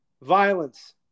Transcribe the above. violence